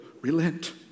relent